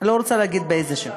אני לא רוצה להגיד שם.